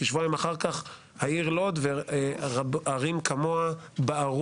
שבועיים אחר כך, העיר לוד וערים כמותה בערו.